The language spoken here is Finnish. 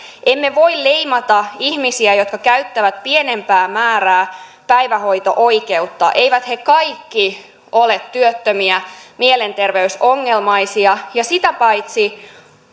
emme voi leimata ihmisiä jotka käyttävät pienempää määrää päivähoito oikeutta eivät he kaikki ole työttömiä mielenterveysongelmaisia ja sitä paitsi